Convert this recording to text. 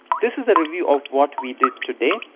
this is the review of what we did today.